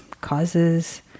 causes